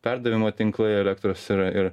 perdavimo tinklai elektros yra ir